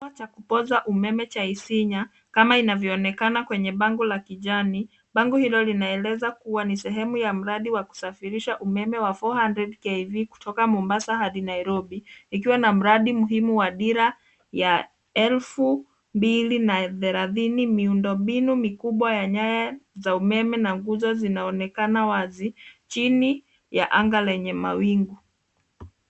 Kituo cha kupoza umeme cha isinya kama inavyoonekana kwenye bangu la kijani bangu hilo linaeleza kuwa ni sehemu ya mradi wa kusafirisha umeme wa (400k) hivi kutoka mombasa hadi nairobi ikiwa na mradi muhimu wa dira ya elfu mbili na thelathini miundo mbinu mikubwa ya nyaya za umeme na nguzo zinaonekana wazi chini ya anga lenye mawingu